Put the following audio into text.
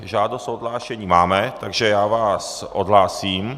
Žádost o odhlášení máme, takže já vás odhlásím.